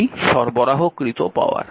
এটি সরবরাহকৃত পাওয়ার